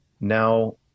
now